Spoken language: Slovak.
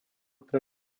pre